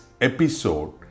episode